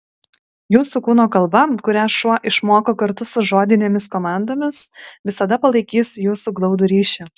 jūsų kūno kalba kurią šuo išmoko kartu su žodinėmis komandomis visada palaikys jūsų glaudų ryšį